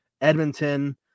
Edmonton